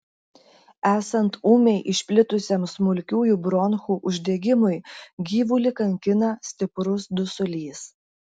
esant ūmiai išplitusiam smulkiųjų bronchų uždegimui gyvulį kankina stiprus dusulys